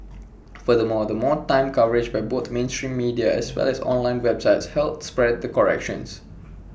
furthermore more time coverage by both mainstream media as well as online websites help spread the corrections